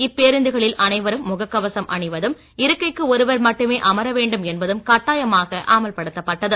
இப்பேருந்துகளில் அனைவரும் முகக் கவசம் அணிவதும் இருக்கைக்கு ஒருவர் மட்டுமே அமர வேண்டும் என்பதும் கட்டாயமாக அமல்படுத்தப்பட்டது